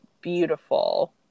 beautiful